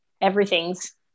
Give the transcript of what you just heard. everything's